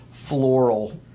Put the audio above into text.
floral